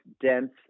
dense